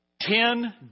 Ten